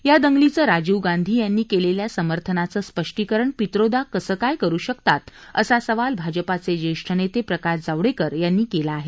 या दंगलींचं राजीव गांधी यांनी केलेल्या समर्थनाचं स्पष्टीकरण पित्रोदा कसं काय करू शकतात असा सवाल भाजपाचे ज्येष्ठ नेते प्रकाश जावडेकर यांनी केला आहे